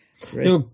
Great